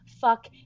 fuck